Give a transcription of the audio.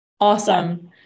Awesome